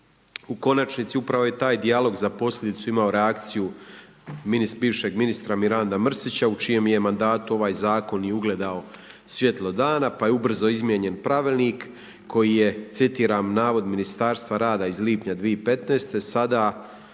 U konačnici upravo je taj dijalog za posljedicu imao reakciju bivšeg ministra Miranda Mrsića u čijem je mandatu ovaj zakon i ugledao svjetlo dana, pa je ubrzo izmijenjen pravilnik koji je citiram navod Ministarstva rada iz lipnja 2015. „Sada